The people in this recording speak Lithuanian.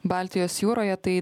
baltijos jūroje tai